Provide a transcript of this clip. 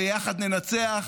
ויחד ננצח,